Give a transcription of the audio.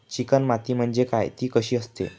Chicken माती म्हणजे काय? ति कशी असते?